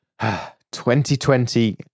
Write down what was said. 2020